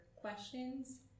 questions